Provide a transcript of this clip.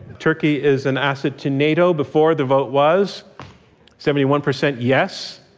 turkey is an asset to nato, before, the vote was seventy one percent yes,